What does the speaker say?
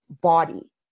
body